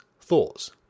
thoughts